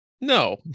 no